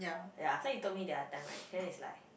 ya so he told me their time right then it's like